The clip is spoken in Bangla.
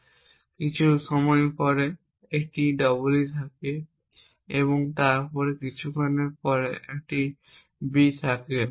এবং কিছু সময় পরে একটি ee থাকে তারপর কিছুক্ষণ পরে একটি be থাকে